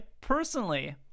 Personally